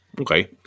okay